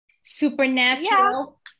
Supernatural